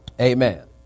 Amen